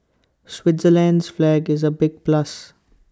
Switzerland's flag is A big plus